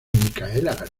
micaela